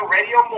Radio